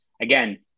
again